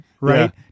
right